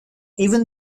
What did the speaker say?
even